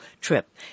trip